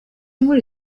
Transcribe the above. muri